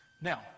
Now